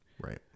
Right